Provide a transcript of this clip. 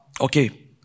okay